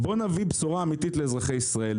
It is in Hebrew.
בואו נביא בשורה אמיתית לאזרחי ישראל,